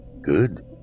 Good